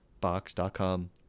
box.com